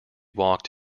walked